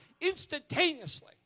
instantaneously